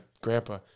grandpa